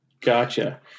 Gotcha